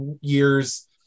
years